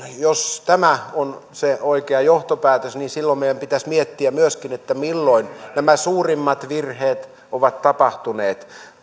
jos tämä on se oikea johtopäätös niin silloin meidän pitäisi miettiä myöskin milloin nämä suurimmat virheet ovat tapahtuneet